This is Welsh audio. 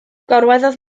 gorweddodd